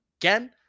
again